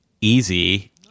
easy